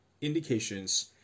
indications